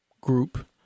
group